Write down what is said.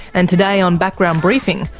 and today on background briefing,